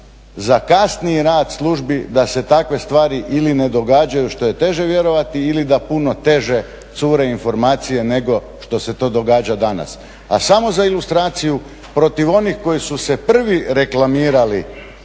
za kasniji rad službi da se takve stvari ili ne događaju što je teže vjerovati, ili da puno teže cure informacije nego što se događa danas. A samo za ilustraciju protiv onih koji su se prvi reklamirali